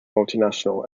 multinational